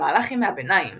במהלך ימי הביניים